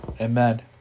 Amen